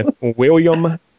William